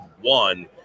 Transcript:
One